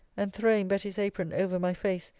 and throwing betty's apron over my face,